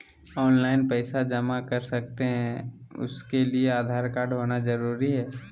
Online पैसा जमा कर सकते हैं उसके लिए आधार कार्ड होना जरूरी है?